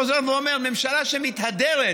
חוזר ואומר: ממשלה שמתהדרת,